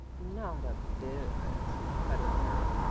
not a bit of it, cut in mary.